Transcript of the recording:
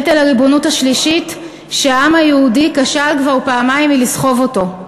נטל הריבונות השלישית שהעם היהודי כשל כבר פעמיים בלסחוב אותו.